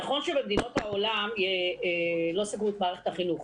נכון שבמדינות העולם לא סגרו את מערכת החינוך,